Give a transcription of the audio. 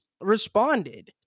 responded